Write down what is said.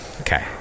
Okay